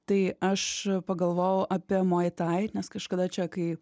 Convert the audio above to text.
tai aš pagalvojau apie moi tai nes kažkada čia kai